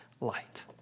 light